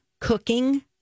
cooking